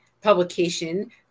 publication